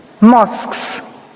mosques